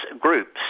groups